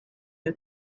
you